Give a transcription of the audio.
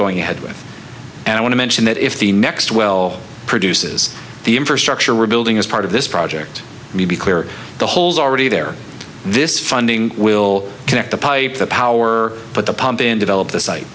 going ahead with and i want to mention that if the next well produces the infrastructure rebuilding as part of this project maybe clear the holes already there this funding will connect the pipe the power but the pump in develop the site